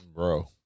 Bro